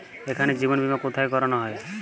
এখানে জীবন বীমা কোথায় করানো হয়?